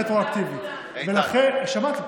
רטרואקטיבית, בסדר גמור.